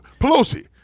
Pelosi